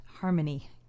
harmony